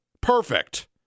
Perfect